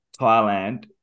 Thailand